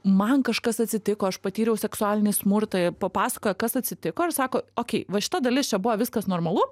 man kažkas atsitiko aš patyriau seksualinį smurtą papasakoja kas atsitiko ir sako okei va šita dalis čia buvo viskas normalu